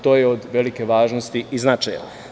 To je od velike važnosti i značaja.